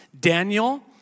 Daniel